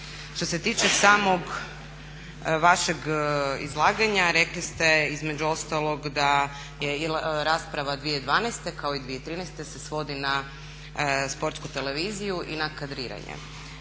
Što se tiče samog vašeg izlaganja rekli ste između ostalog da je i rasprava 2012. kao i 2013. se svodi na sportsku televiziju i na kadriranje.